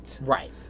Right